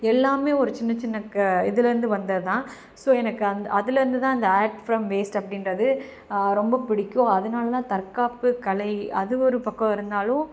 எல்லாமே ஒரு சின்ன சின்ன இதுலேயிருந்து வந்ததுதான் ஸோ எனக்கு அந்த அதுலேயிருந்துதான் இந்த ஆர்ட் ஃப்ரம் வேஸ்ட் அப்படின்றது ரொம்ப பிடிக்கும் அதனாலதான் தற்காப்புக் கலை அது ஒரு பக்கம் இருந்தாலும்